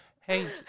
Hey